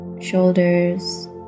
shoulders